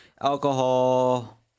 Alcohol